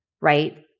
Right